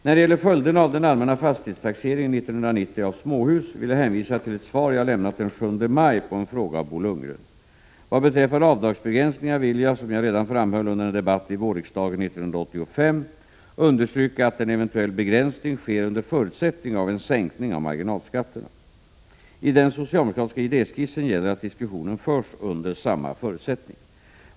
När det gäller följderna av den allmänna fastighetstaxeringen 1990 av småhus vill jag hänvisa till ett svar jag lämnat den 7 maj på en fråga av Bo Lundgren. Vad beträffar avdragsbegränsningar vill jag — som jag framhöll redan under en debatt vid vårriksdagen 1985 — understryka att en eventuell begränsning sker under förutsättning av en sänkning av marginalskatterna. I den socialdemokratiska idéskissen gäller att diskussionen förs under samma förutsättning.